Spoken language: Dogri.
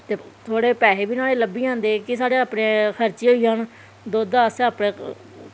ते थोह्ड़े पैसे बी नोहाड़े लब्भी जंदे कि साढ़े अपने खर्चे होई जान दुध्द असैं अपनै